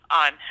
on